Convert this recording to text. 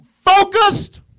focused